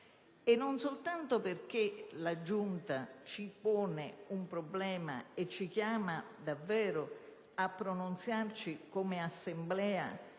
E non soltanto perché la Giunta ci pone un problema e ci chiama davvero a pronunziarci come Assemblea